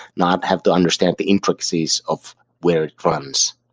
not have to understand the intricacies of where it runs.